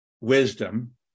wisdom